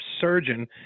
surgeon